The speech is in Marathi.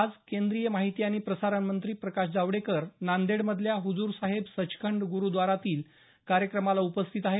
आज केंद्रीय माहिती आणि प्रसारणमंत्री प्रकाश जावडेकर नांदेडमधल्या लंगर आणि हुजूरसाहेब सचखंड गुरुद्वारातील कार्यक्रमाला उपस्थित आहेत